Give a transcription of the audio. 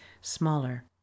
smaller